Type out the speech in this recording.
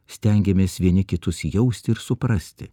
stengiamės vieni kitus jausti ir suprasti